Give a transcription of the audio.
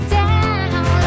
down